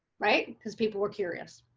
right, because people were curious.